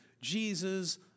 Jesus